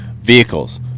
vehicles